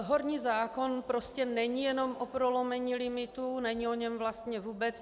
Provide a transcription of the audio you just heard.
Horní zákon prostě není jenom o prolomení limitů, není o něm vlastně vůbec.